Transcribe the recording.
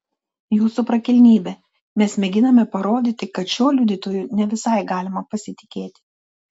jūsų prakilnybe mes mėginame parodyti kad šiuo liudytoju ne visai galima pasitikėti